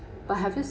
but have you